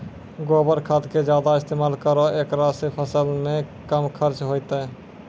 गोबर खाद के ज्यादा इस्तेमाल करौ ऐकरा से फसल मे कम खर्च होईतै?